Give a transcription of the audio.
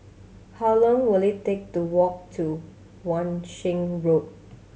how long will it take to walk to Wan Shih Road